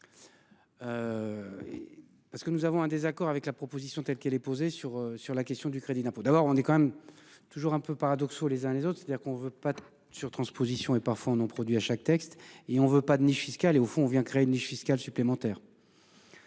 Parce que nous avons un désaccord avec la proposition telle qu'elle est posée sur sur la question du crédit d'impôt, d'abord on est quand même toujours un peu paradoxaux les uns les autres, c'est-à-dire qu'on ne veut pas sur-transposition et parfois on on produit à chaque texte et on ne veut pas de niches fiscales et au fond on vient créer une niche fiscale supplémentaire.